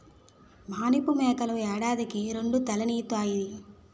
మానిపు మేకలు ఏడాదికి రెండీతలీనుతాయి